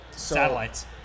Satellites